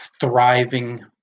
thriving